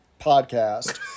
podcast